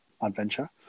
adventure